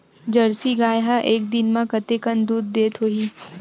Jersey गाय ह एक दिन म कतेकन दूध देत होही?